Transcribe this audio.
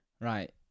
Right